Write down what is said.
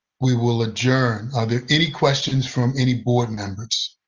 we will adjourn. are there any questions from any board members?